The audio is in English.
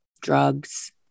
drugs